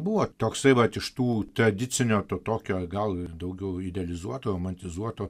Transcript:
buvo toksai vat iš tų tradicinio to tokio gal ir daugiau idealizuoto romantizuoto